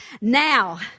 now